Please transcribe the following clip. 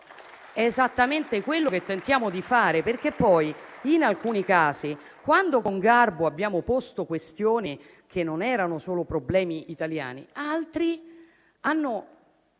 È esattamente quello che tentiamo di fare, perché poi in alcuni casi, quando con garbo abbiamo posto questioni che non erano solo problemi italiani, altri hanno